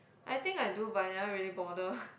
I think I do but I don't really bother